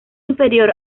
inferior